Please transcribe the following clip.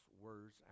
words